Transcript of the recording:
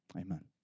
Amen